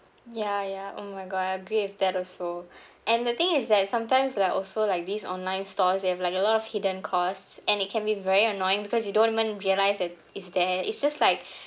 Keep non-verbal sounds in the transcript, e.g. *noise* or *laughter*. ya ya oh my god I agree with that also *breath* and the thing is that sometimes like also like these online stores they have like a lot of hidden costs and it can be very annoying because you don't even realise that it's there it's just like *breath*